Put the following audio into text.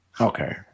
okay